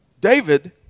David